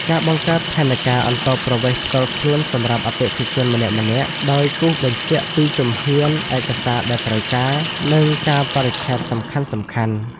ការបង្កើតផែនការអន្តោប្រវេសន៍ផ្ទាល់ខ្លួនសម្រាប់អតិថិជនម្នាក់ៗ ដោយគូសបញ្ជាក់ពីជំហាន ឯកសារដែលត្រូវការ និងកាលបរិច្ឆេទសំខាន់ៗ។